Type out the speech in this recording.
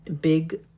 big